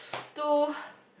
too